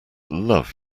love